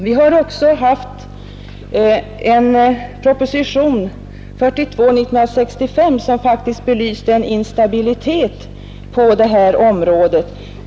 Vi har också haft en proposition, nr 42 år 1965, som faktiskt belyste en instabilitet på det här området.